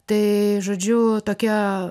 tai žodžiu tokia